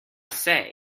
say